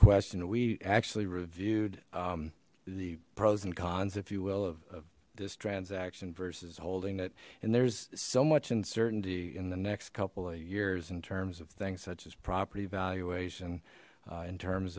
question we actually reviewed the pros and cons if you will of this transaction versus holding it and there's so much uncertainty in the next couple of years in terms of things such as property valuation in terms